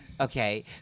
Okay